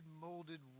molded